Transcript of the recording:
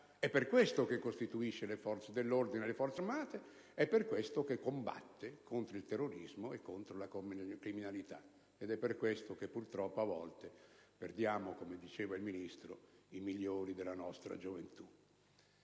È per questo che costituisce le forze dell'ordine e lo Forze armate; è per questo che combatte contro il terrorismo e la criminalità; ed è per questo che, purtroppo, a volte, perdiamo, come ha sottolineato il Ministro, i migliori della nostra gioventù.